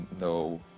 no